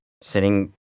Sitting